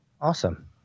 Awesome